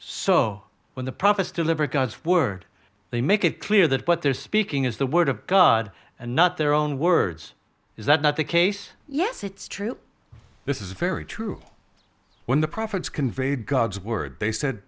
so when the prophets deliver god's word they make it clear that what they're speaking is the word of god and not their own words is that not the case yes it's true this is very true when the prophets conveyed god's word they said